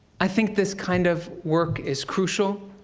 i think this kind of work is crucial.